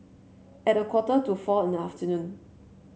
at a quarter to four in the afternoon